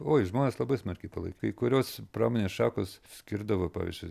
oi žmonės labai smarkiai palaikė kai kurios pramonės šakos skirdavo pavyzdžiui